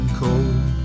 cold